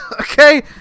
okay